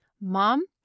mom